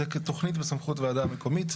זו תכנית בסמכות ועדה מקומית,